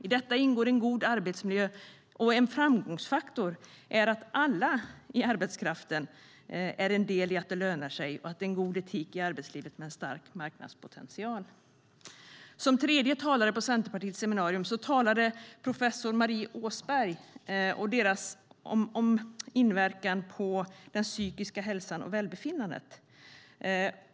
I detta ingår en god arbetsmiljö, och en framgångsfaktor är att alla i arbetskraften är en del i att det lönar sig och att en god etik i arbetslivet har en stark marknadspotential. Som tredje talare på Centerpartiets seminarium talade professor Marie Åsberg om psykosociala arbetsförhållanden och deras inverkan på psykisk hälsa och välbefinnande.